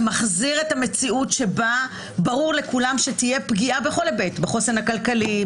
ומחזיר את המציאות שבה ברור לכולם שתהיה פגיעה בכל היבט: בחוסן הכלכלי,